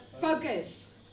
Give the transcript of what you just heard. focus